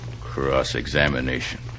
Cross-examination